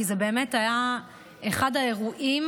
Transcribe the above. כי זה באמת היה אחד האירועים